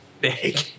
big